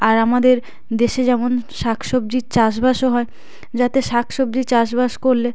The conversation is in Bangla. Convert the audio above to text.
আর আমাদের দেশে যেমন শাক সবজির চাষবাসও হয় যাতে শাক সবজি চাষবাস করলে